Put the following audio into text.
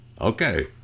okay